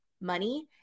money